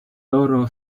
loro